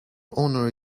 honour